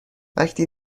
وقتی